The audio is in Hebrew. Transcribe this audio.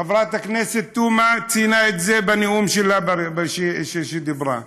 חברת הכנסת תומא ציינה את זה בנאום שלה, כשדיברה.